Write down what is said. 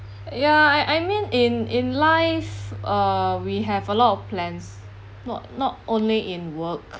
ya I I mean in in life uh we have a lot of plans not not only in work